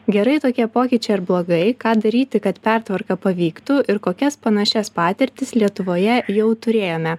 gerai tokie pokyčiai ar blogai ką daryti kad pertvarka pavyktų ir kokias panašias patirtis lietuvoje jau turėjome